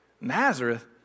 Nazareth